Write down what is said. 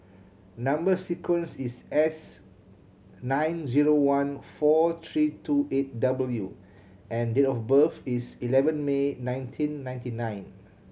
number sequence is S nine zero one four three two eight W and date of birth is eleven May nineteen ninety nine